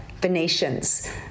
Venetians